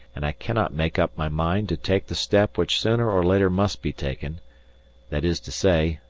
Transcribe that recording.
and i cannot make up my mind to take the step which sooner or later must be taken that is to say,